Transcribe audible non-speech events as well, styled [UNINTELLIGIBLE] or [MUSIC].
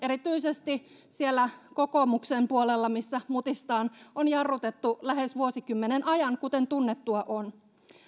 [UNINTELLIGIBLE] erityisesti siellä kokoomuksen puolella missä mutistaan on jarrutettu lähes vuosikymmenen ajan kuten tunnettua on